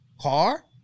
car